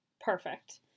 perfect